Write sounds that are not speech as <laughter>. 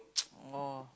<noise> oh